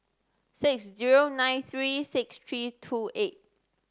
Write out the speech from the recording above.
six zero nine three six three two eight